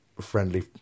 friendly